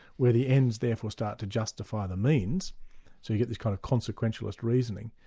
where the ends therefore start to justify the means, so you get this kind of consequentionalist reasoning,